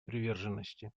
приверженности